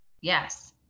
Yes